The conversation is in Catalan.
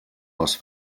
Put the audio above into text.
les